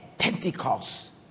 Pentecost